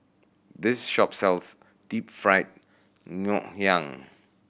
this shop sells Deep Fried Ngoh Hiang